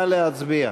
נא להצביע.